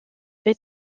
est